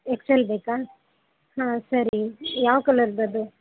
X L ಬೇಕಾ ಹಾಂ ಸರಿ ಯಾವ ಕಲರ್ದು ಅದು